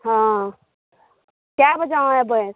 हँ कए बजे अहाँ अयबै